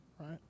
right